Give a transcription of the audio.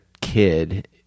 kid